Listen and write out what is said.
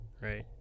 Right